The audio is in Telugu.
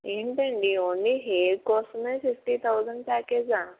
ఏంటండి ఓన్లీ హెయిర్ కోసమే ఫిఫ్టీ థౌసండ్ ప్యాకేజా